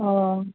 ও